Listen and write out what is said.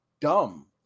dumb